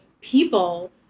people